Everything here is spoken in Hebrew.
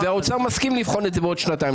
והאוצר מסכים לבחון את זה בעוד שנתיים.